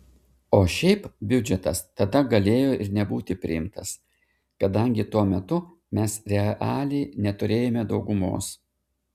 o šiaip biudžetas tada galėjo ir nebūti priimtas kadangi tuo metu mes realiai neturėjome daugumos